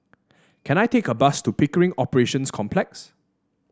can I take a bus to Pickering Operations Complex